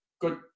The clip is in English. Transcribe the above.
good